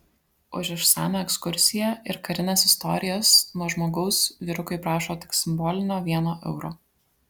už išsamią ekskursiją ir karines istorijas nuo žmogaus vyrukai prašo tik simbolinio vieno euro